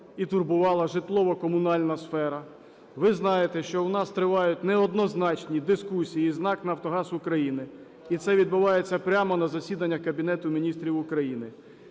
і турбувала житлово-комунальна сфера. Ви знаєте, що у нас тривають неоднозначні дискусії із НАК "Нафтогаз України", і відбувається прямо на засіданнях Кабінету Міністрів України.